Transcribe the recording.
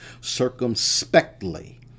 circumspectly